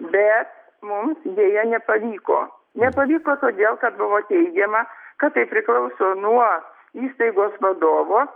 bet mums deja nepavyko nepavyko todėl kad buvo teigiama kad tai priklauso nuo įstaigos vadovo